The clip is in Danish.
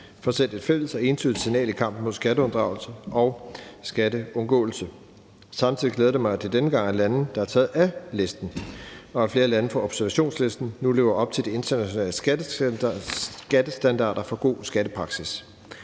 sendt et fælles og entydigt signal i kampen mod skatteunddragelse og skatteundgåelse. Samtidig glæder det mig, at der denne gang er lande, der er taget af listen, og at flere lande på observationslisten nu lever op til de internationale skattestandarder for god skattepraksis.